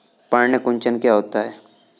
पर्ण कुंचन क्या होता है?